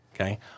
Okay